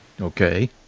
Okay